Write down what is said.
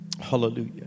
Hallelujah